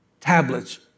tablets